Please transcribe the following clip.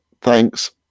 Thanks